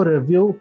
review